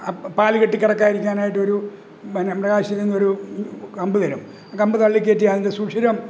പാല് കെട്ടിക്കിടക്കാതിരിക്കാനായിട്ടൊരു പിന്നെ മൃഗാശുപത്രിയിന്നൊരു കമ്പ് തരും കമ്പ് തള്ളിക്കയറ്റി അതിൻ്റെ സുഷിരം